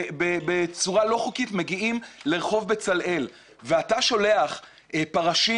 בצורה לא חוקית מגיעים לרחוב בצלאל ואתה שולח פרשים